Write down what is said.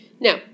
Now